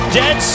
dead